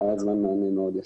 היה זמן מענה מאוד יפה.